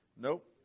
Nope